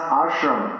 ashram